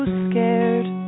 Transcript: scared